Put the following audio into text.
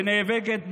ונאבקת,